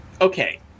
Okay